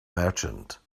merchant